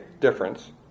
difference